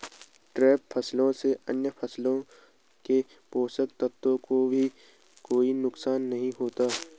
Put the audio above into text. trap फसलों से अन्य फसलों के पोषक तत्वों को भी कोई नुकसान नहीं होता